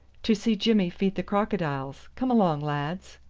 to see jimmy feed the crocodiles. come along, lads.